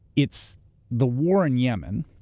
it's the war in yemen.